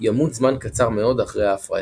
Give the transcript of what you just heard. ימות זמן קצר מאוד אחרי ההפריה.